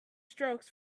strokes